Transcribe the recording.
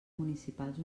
municipals